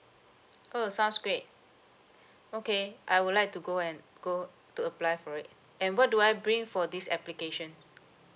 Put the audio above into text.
oh sounds great okay I would like to go and go to apply for it and what do I bring for this applications